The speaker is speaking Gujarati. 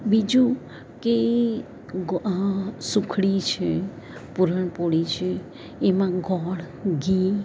બીજું કે ગો સુખડી છે પૂરણપોળી છે એમાં ગોળ ઘી